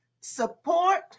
Support